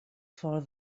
for